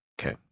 Okay